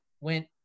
went